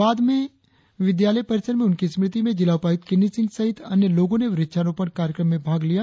बाद में विद्यालय परिसर में उनकी स्मृति में जिला उपायूक्त किन्नी सिंह सहित अन्य लोगो ने वृक्षारोपण कार्यक्रम में भाग लिया